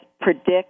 predict